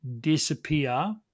disappear